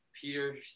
Peter